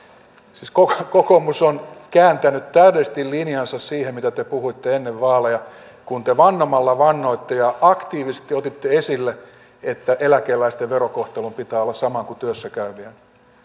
siis kokoomus on kääntänyt täydellisesti linjansa siitä mitä te puhuitte ennen vaaleja kun te vannomalla vannoitte ja aktiivisesti otitte esille että eläkeläisten verokohtelun pitää olla sama kuin työssä käyvien